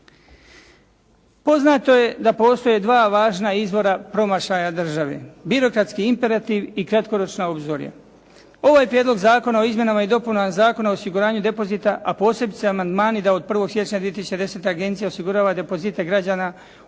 Poznato je da postoje dva važna izvora promašaja države – birokratski imperativ i kratkoročna obzorja. Ovaj Prijedlog zakona o izmjenama i dopunama Zakona o osiguranju depozita, a posebice amandmani da od 1. siječnja 2010. agencija osigurava depozite građana u